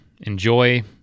Enjoy